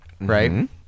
Right